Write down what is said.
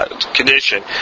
condition